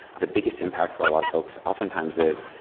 the biggest impact for a lot of folks often times is,